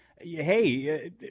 Hey